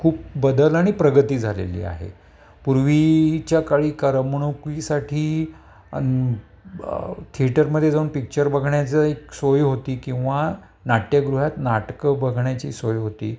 खूप बदल आणि प्रगती झालेली आहे पूर्वीच्या काळी करमणुकीसाठी थिएटरमध्ये जाऊन पिच्चर बघण्याचा एक सोय होती किंवा नाट्यगृहात नाटकं बघण्याची सोय होती